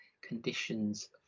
conditions